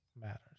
matters